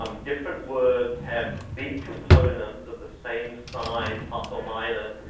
um different words have b components of the same sign, plus or minus,